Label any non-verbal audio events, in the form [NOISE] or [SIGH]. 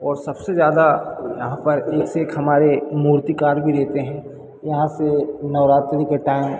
और सबसे ज़्यादा यहाँ पर एक [UNINTELLIGIBLE] हमारे मूर्तिकार भी रहते हैं यहाँ से नवरात्रि के टाइम